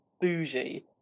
bougie